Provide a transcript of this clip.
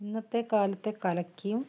ഇന്നത്തെ കാലത്തെ കലയ്ക്കും